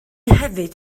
hefyd